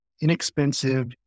inexpensive